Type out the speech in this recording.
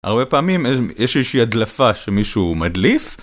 הרבה פעמים, יש איזושהי הדלפה... שמישהו מדליף.